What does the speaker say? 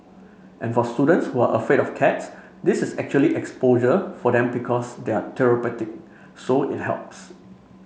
and for students who are afraid for cats this is actually exposure for them because they're therapeutic so it helps